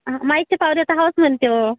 माहिती पावणे सहाच म्हणे तो